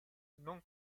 non